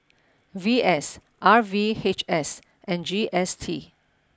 V S R V H S and G S T